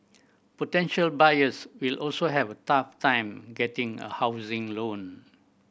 potential buyers will also have a tough time getting a housing loan